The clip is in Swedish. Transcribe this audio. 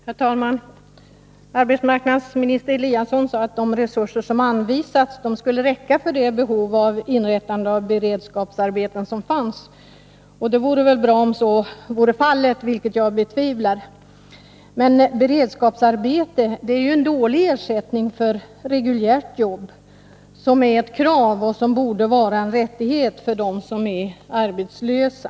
Herr talman! Arbetsmarknadsministern sade att de resurser som har anvisats skulle räcka för det behov av inrättandet av beredskapsarbeten som finns. Det vore bra om så var fallet, vilket jag dock betvivlar. Men beredskapsarbete är en dålig ersättning för ett reguljärt jobb, som borde vara en rättighet för dem som är arbetslösa.